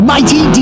Mighty